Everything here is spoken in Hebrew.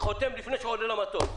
הוא חותם לפני שהוא עולה למטוס.